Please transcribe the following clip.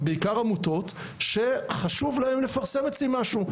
בעיקר עמותות שחשוב להן לפרסם אצלי משהו.